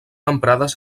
emprades